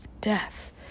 death